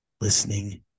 listening